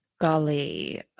Golly